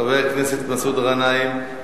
חבר הכנסת מסעוד גנאים?